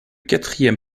quatrième